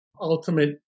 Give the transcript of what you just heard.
ultimate